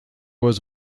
was